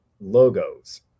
logos